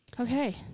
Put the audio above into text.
Okay